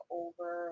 over